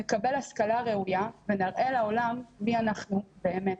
נקבל השכלה ראויה ונראה לעולם מי אנחנו באמת.